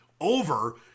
over